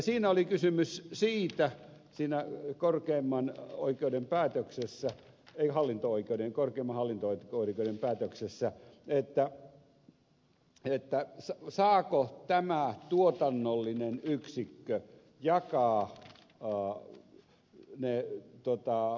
siinä oli kysymys siitä sinälle korkeimman oikeuden päätöksessä eri hallinto oikeuden korkeimman hallinto oikeuden päätöksessä oli kysymys siitä saako tämä tuotannollinen yksikkö jatkaa nauraa meille tuottaa